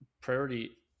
priority